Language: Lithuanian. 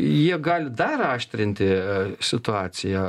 jie gali dar aštrinti situaciją